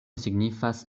signifas